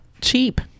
cheap